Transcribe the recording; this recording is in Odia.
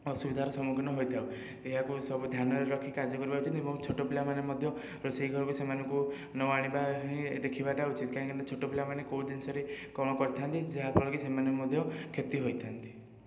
ଅସୁବିଧାର ସମ୍ମୁଖୀନ ହୋଇଥାଉ ଏହାକୁ ସବୁ ଧ୍ୟାନରେ ରଖି କାର୍ଯ୍ୟ କରିବା ଉଚିତ ଏବଂ ଛୋଟ ପିଲାମାନେ ମଧ୍ୟ ରୋଷେଇ ଘରକୁ ସେମାନଙ୍କୁ ନ ଆଣିବା ହିଁ ଦେଖିବାଟା ଉଚିତ କାହିଁକିନା ଛୋଟ ପିଲାମାନେ କେଉଁ ଜିନିଷରେ କ'ଣ କରିଥାନ୍ତି ଯାହା ଫଳରେକି ସେମାନେ ମଧ୍ୟ କ୍ଷତି ହୋଇଥାନ୍ତି